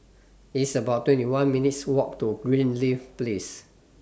It's about twenty one minutes' Walk to Greenleaf Place